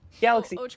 Galaxy